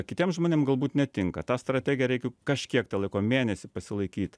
kitiem žmonėm galbūt netinka tą strategiją reikia kažkiek tai laiko mėnesį pasilaikyt